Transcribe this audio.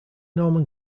norman